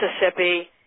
mississippi